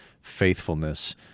faithfulness